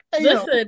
Listen